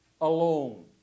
alone